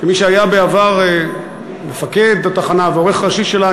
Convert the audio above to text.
כמי שהיה בעבר מפקד התחנה ועורך ראשי שלה,